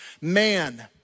man